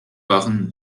waren